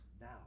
now